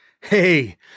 Hey